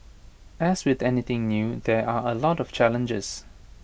as with anything new there are A lot of challenges